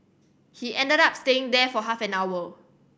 he ended up staying there for half an hour